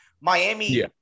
Miami